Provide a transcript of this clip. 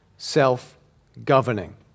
self-governing